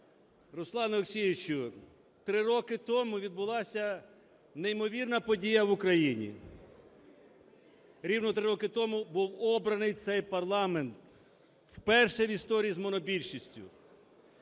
Руслане Олексійовичу, три роки тому відбулася неймовірна подія в Україні: рівно три роки тому був обраний цей парламент, вперше в історії з моно більшістю.